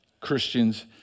Christians